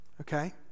okay